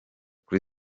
kuri